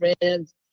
friends